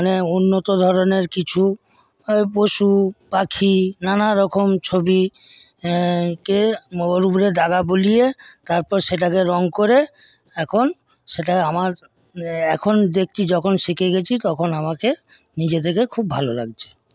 মানে উন্নত ধরনের কিছু পশুপাখি নানা রকম ছবি এঁকে ওর ওপরে দাগা বুলিয়ে তারপর সেটাকে রং করে এখন সেটা আমার এখন দেখছি যখন শিখে গেছি তখন আমাকে নিজে থেকে খুব ভালো লাগছে